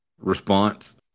response